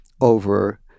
over